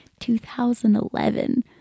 2011